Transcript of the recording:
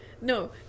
no